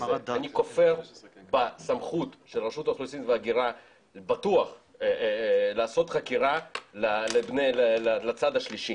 אני כופר בסמכות של רשות האוכלוסין וההגירה לעשות חקירה לצד השלישי,